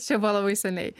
čia buvo labai seniai